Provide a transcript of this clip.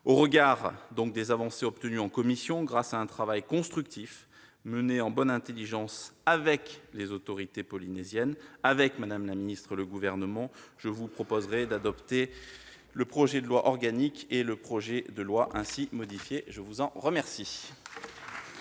Au regard des avancées obtenues en commission grâce à un travail constructif mené en bonne intelligence avec les autorités polynésiennes, avec Mme la ministre et le Gouvernement, je vous propose d'adopter le projet de loi organique et le projet de loi ainsi modifiés. La parole est à M.